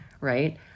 right